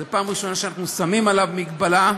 זו פעם ראשונה שאנחנו שמים עליו מגבלה.